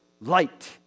light